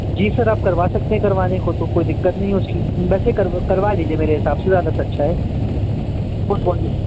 जी sir आप करवा सकते हैं करवाने को तो कोई दिक्कत नहीं है उसकी वैसे कर करवा लीजिए मेरे हिसाब से अच्छा है